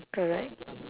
correct